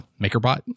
MakerBot